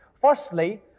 Firstly